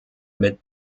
mit